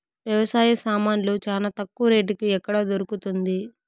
వ్యవసాయ సామాన్లు చానా తక్కువ రేటుకి ఎక్కడ దొరుకుతుంది?